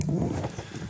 בבקשה.